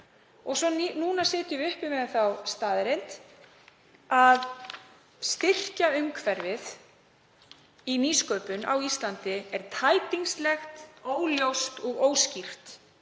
Nú sitjum við uppi með þá staðreynd að styrkjaumhverfið í nýsköpun á Íslandi er tætingslegt, óljóst og óskýrt.